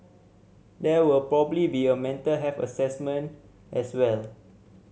there would probably be a mental health assessment as well